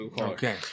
Okay